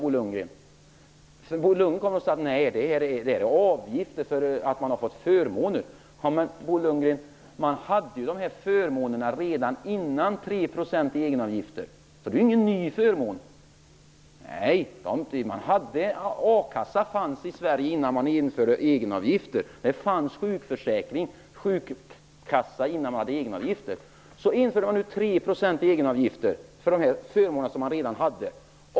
Bo Lundgren säger att de är avgifter för att man har fått förmåner. Men man hade redan de förmånerna redan innan det blev 3 % i egenavgifter, Bo Lundgren! Det är inte någon ny förmån. A-kassa fanns i Sverige innan det infördes egenavgifter. Det fanns sjukförsäkring och sjukkassa innan man hade egenavgifter. Det infördes 3 % i egenavgifter för de förmåner man redan hade.